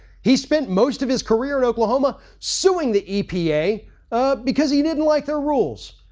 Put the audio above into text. he spent most of his career in oklahoma suing the epa because he didn't like their rules.